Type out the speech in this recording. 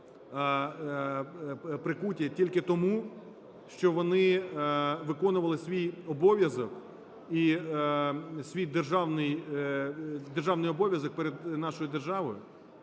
прикуті тільки тому, що вони виконували свій обов'язок і свій державний обов'язок перед нашою державою.